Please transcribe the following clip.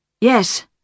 Yes